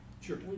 Sure